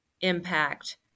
impact